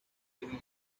leaving